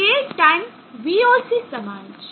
તો vm એ K time voc સમાન છે